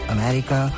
America